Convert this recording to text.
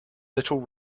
little